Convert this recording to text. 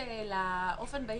באופן בהיר,